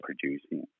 producing